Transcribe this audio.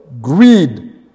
Greed